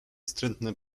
wstrętne